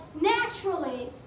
naturally